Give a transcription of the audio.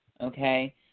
okay